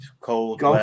Cold